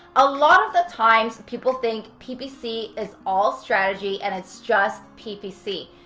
a lot of the times people think ppc is all strategy and it's just ppc.